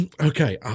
okay